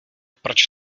proč